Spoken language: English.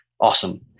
awesome